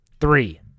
Three